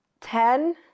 ten